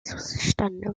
zustande